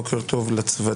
בוקר טוב לצוותים,